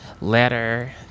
letter